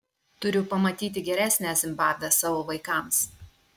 turiu pamatyti geresnę zimbabvę savo vaikams